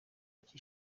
mike